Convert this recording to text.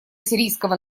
сирийского